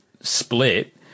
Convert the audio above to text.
split